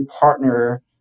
partner